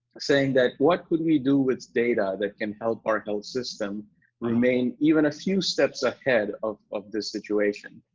saying that what could we do with data that can help our health system remain even a few steps ahead of of this situation?